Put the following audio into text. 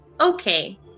Okay